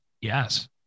Yes